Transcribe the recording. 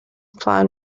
plan